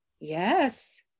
yes